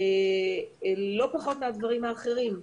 לא פחות מהדברים האחרים.